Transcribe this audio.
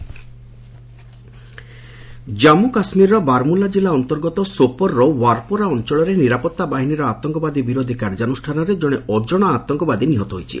କେକେ gunfight Jammu କାଶ୍ମୀରର ବାରମୁଲା ଜିଲ୍ଲା ଅର୍ନ୍ତଗତ ସୋପରର ୱାରପୋରା ଅଞ୍ଚଳରେ ନିରାପତ୍ତା ବାହିନୀର ଆତଙ୍କବାଦୀ ବିରୋଧୀ କାର୍ଯ୍ୟାନୁଷ୍ଠାନରେ ଜଣେ ଅଜଣା ଆତଙ୍କବାଦୀ ନିହତ ହୋଇଛି